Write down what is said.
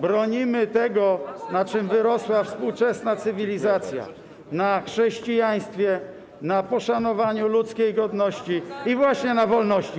Bronimy tego, na czym wyrosła współczesna cywilizacja, chrześcijaństwa, poszanowania ludzkiej godności i właśnie wolności.